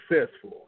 successful